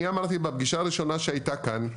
אני אמרתי בפגישה הראשונה שהייתה כאן,